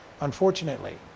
unfortunately